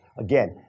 Again